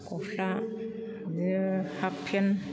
गस्ला बिदिनो हाफपेन्ट